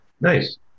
Nice